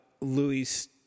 Louis